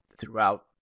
throughout